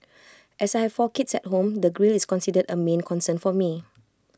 as I have four kids at home the grille is considered A main concern for me